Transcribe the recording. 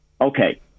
Okay